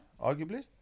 arguably